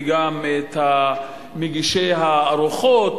גם את מגישי הארוחות,